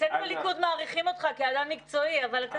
אצלנו בליכוד מעריכים אותך כאדם מקצועי אבל אתה יודע,